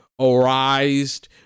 arised